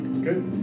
Good